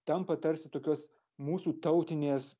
tampa tarsi tokios mūsų tautinės